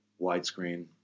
widescreen